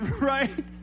Right